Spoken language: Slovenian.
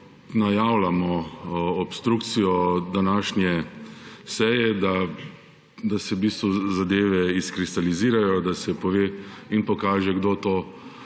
najavljamo obstrukcijo današnje seje, da se v bistvu zadeve izkristalizirajo, da se pove in pokaže, kdo to